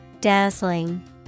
Dazzling